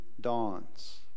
dawns